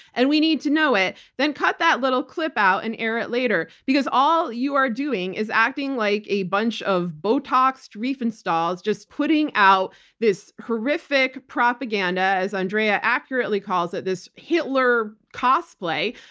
and we need to know it, then cut that little clip out and air it later. because all you are doing is acting like a bunch of botoxed riefenstahls just putting out this horrific propaganda, as andrea accurately calls it, this hitler cosplay,